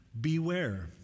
beware